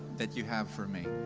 that you have for me.